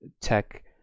tech